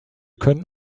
können